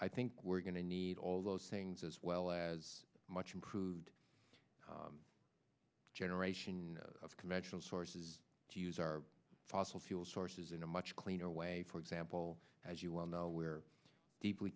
i think we're going to need all those things as well as much improved generation of conventional sources to use our fossil fuel sources in a much cleaner way for example as you well know we're deeply